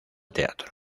teatro